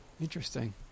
Interesting